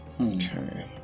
Okay